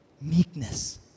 Meekness